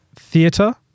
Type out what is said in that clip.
theatre